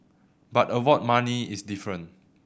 but award money is different